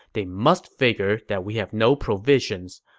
they must figure that we have no provisions.